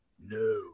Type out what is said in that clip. No